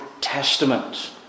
Testament